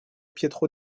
pietro